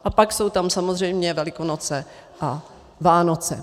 A pak jsou tam samozřejmě Velikonoce a Vánoce.